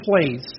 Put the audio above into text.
place